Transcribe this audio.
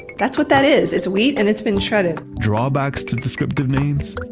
that's what that is! it's wheat and it's been shredded. drawbacks to descriptive names?